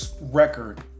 record